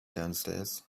downstairs